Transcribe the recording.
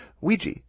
Ouija